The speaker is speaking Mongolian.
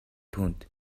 түүнд